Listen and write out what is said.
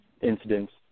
incidents